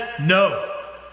no